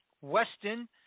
weston